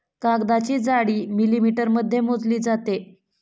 कागदाची जाडी मिलिमीटरमध्ये मोजली जाते